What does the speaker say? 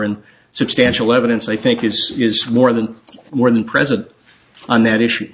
and substantial evidence i think it is more than more than present on that issue